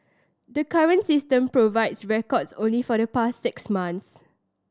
the current system provides records only for the past six months